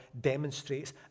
demonstrates